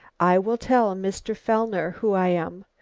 i will tell mr. fellner who i am.